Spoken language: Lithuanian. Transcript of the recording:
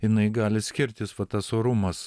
jinai gali skirtis va tas orumas